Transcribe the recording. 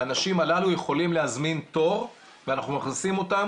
האנשים הללו יכולים להזמין תור ואנחנו מכניסים אותם